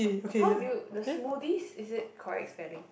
how do you the smoothies is it correct spelling